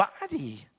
body